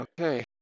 Okay